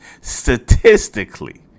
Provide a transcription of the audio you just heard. statistically